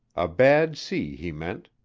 a bad sea he meant.